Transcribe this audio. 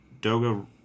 Doga